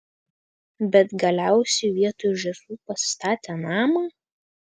bet galiausiai vietoj žąsų pasistatė namą